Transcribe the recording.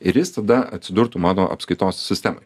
ir jis tada atsidurtų mano apskaitos sistemoj